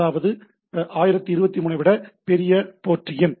அதாவது 1023 ஐ விட பெரிய போர்ட் எண்